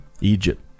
Egypt